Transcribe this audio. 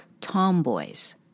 tomboys